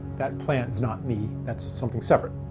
that plant is not me, that's something separate.